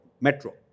metro